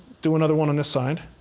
do another one on this side.